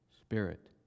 spirit